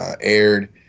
aired